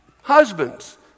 Husbands